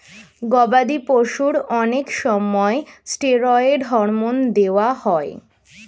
গবাদি পশুর অনেক সময় স্টেরয়েড হরমোন দেওয়া হয়